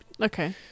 Okay